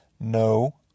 no